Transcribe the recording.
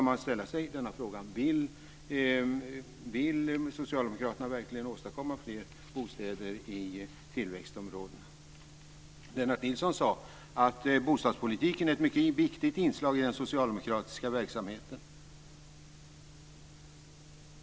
Man ställer sig därför frågan: Vill Socialdemokraterna verkligen åstadkomma fler bostäder i tillväxtområdena? Lennart Nilsson sade att bostadspolitiken är ett mycket viktigt inslag i den socialdemokratiska verksamheten.